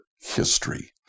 history